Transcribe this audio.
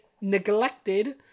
neglected